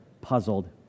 puzzled